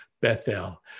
Bethel